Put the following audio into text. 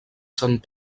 sant